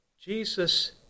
Jesus